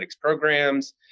programs